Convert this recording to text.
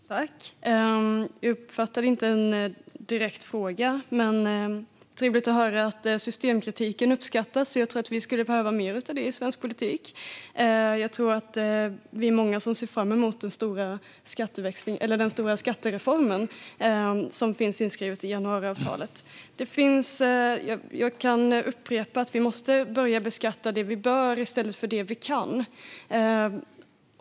Herr ålderspresident! Jag uppfattade ingen direkt fråga, men det är trevligt att höra att systemkritiken uppskattas. Jag tror att vi skulle behöva mer av det i svensk politik. Vi är många som ser fram emot den stora skattereform som finns inskriven i januariavtalet. Låt mig upprepa att vi måste börja beskatta det vi bör i stället för det vi kan.